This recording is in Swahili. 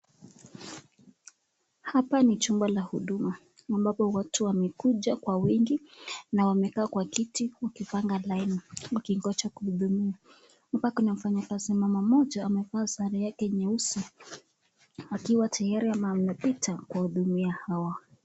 Hapa ni chumba la huduma ambapo watu wamekuja kwa wingi na wamekaa kwa kiti wakipanga laini wakigonja kuhudumiwa. Hapa kuna mfanyakazi mmoja amevaa sare yake nyeusi akiwa tayari na amepita kuwahudumia hawa.